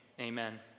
Amen